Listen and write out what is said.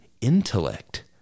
intellect